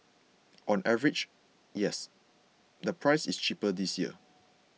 on average yes the price is cheaper this year